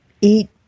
eat